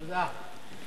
תודה.